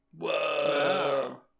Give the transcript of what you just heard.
Whoa